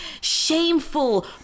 shameful